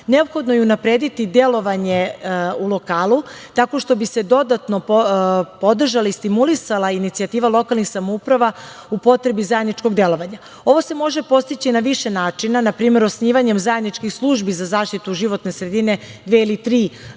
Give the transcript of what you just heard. Neophodno je unaprediti delovanje na lokalu tako što bi se dodatno podržala i stimulisala inicijativa lokalnih samouprava u potrebi zajedničkog delovanja. Ovo se može postići na više načina, na primer, osnivanjem zajedničkih službi za zaštitu životne sredine dve ili tri lokalne